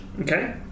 Okay